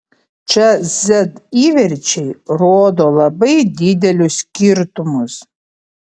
čia z įverčiai rodo labai didelius skirtumus